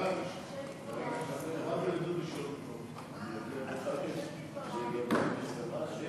חוק כלי הירייה (תיקון מס'